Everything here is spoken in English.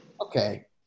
Okay